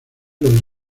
los